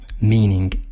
meaning